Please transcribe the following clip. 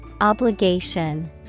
Obligation